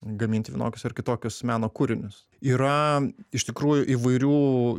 gaminti vienokius ar kitokius meno kūrinius yra iš tikrųjų įvairių